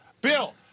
Bill